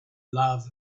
love